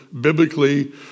biblically